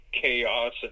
chaos